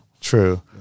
true